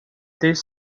this